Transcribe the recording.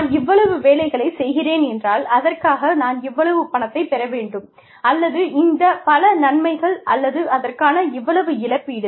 நான் இவ்வளவு வேலைகளைச் செய்கிறேன் என்றால் அதற்காக நான் இவ்வளவு பணத்தைப் பெற வேண்டும் அல்லது இந்த பல நன்மைகள் அல்லது அதற்கான இவ்வளவு இழப்பீடு